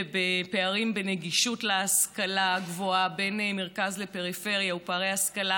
הפערים בנגישות להשכלה הגבוהה בין מרכז לפריפריה ופערי השכלה